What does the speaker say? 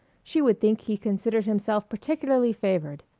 she would think he considered himself particularly favored.